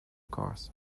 cars